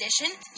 edition